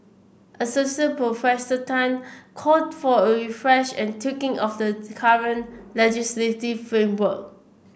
Associate Professor Tan called for a refresh and tweaking of the current legislative framework